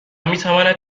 میتواند